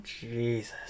Jesus